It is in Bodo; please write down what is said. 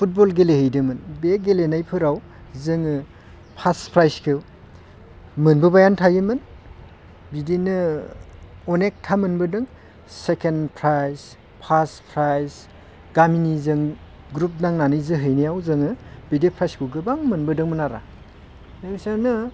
फुटबल गेलेहैदोंमोन बे गेलेनायफोराव जोङो फार्स्ट प्राइजखो मोनबोबायानो थायोमोन बिदिनो अनेखथा मोनबोदों सेकेन्ड प्राइज फार्स्ट प्राइज गामिनि जों ग्रुप नांनानै जोहैनायाव जोङो बिदि प्राइजखौ गोबां मोनबोदोंमोन आरो लोगोसेनो